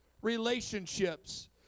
relationships